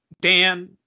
Dan